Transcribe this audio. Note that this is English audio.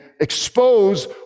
expose